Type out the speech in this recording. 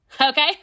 Okay